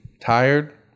tired